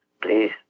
Please